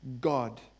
God